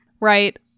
Right